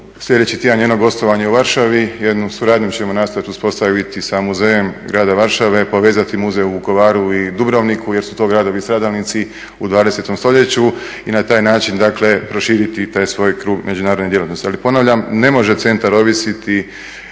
sljedeći tjedan jedno gostovanje u Varšavi, jednu suradnju ćemo nastojati uspostaviti sa muzejom grada Varšave, povezati muzej u Vukovaru i Dubrovniku jer su to gradovi stradalnici u XX. stoljeću i na taj način, dakle proširiti taj svoj krug međunarodne djelatnosti.